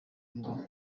ngo